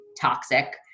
toxic